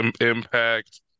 impact